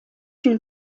une